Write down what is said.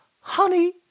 Honey